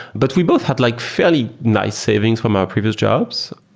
but we both had like fairly nice savings from our previous jobs.